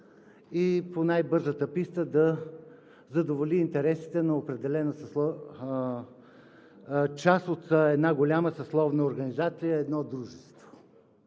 и по най-бързата писта да задоволи интересите на определена част от една голяма съсловна организация, едно дружество.